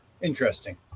Interesting